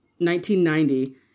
1990